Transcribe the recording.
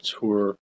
tour